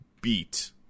beat